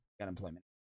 unemployment